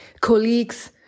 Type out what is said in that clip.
colleagues